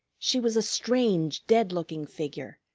she was a strange, dead-looking figure,